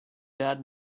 dad